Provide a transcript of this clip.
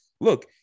look